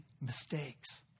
mistakes